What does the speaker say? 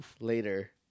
later